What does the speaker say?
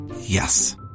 Yes